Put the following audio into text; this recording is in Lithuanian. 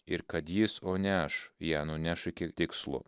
ir kad jis o ne aš ją nuneš iki tikslo